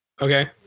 Okay